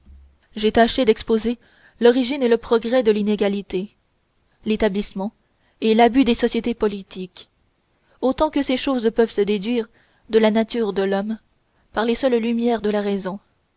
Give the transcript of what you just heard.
j'ai tâché d'exposer l'origine et le progrès de l'inégalité l'établissement et l'abus des sociétés politiques autant que ces choses peuvent se déduire de la nature de l'homme par les seules lumières de la raison